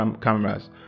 cameras